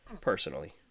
personally